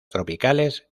tropicales